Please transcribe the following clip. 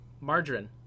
margarine